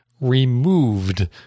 removed